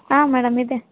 ಹಾಂ ಮೇಡಮ್ ಇದೆ